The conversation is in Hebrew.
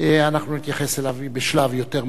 אנחנו נתייחס אליו בשלב יותר מאוחר,